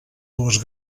dues